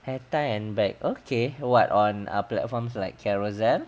hair tie and bag okay what on platforms like carousell